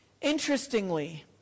Interestingly